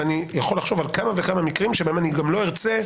ואני גם יכול לחשוב על כמה מקרים שבהם אני גם לא ארצה.